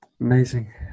Amazing